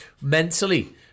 mentally